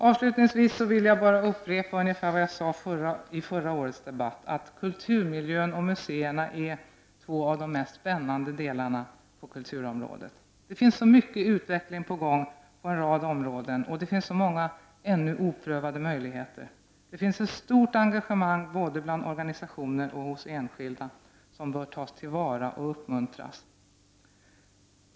Avslutningsvis vill jag upprepa ungefär vad jag sade i förra årets debatt, nämligen att kulturmiljön och museerna är två av de mest spännande delarna på kulturområdet. Det finns så mycket utveckling på gång på en rad områden, och det finns så många ännu oprövade möjligheter. Det finns ett stort engagemang både bland organisationer och hos enskilda som bör tas till vara och uppmuntras.